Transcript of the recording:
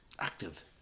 active